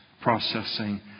processing